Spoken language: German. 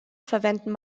verwenden